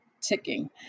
ticking